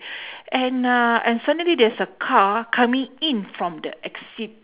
and uh and suddenly there's a car coming in from the exit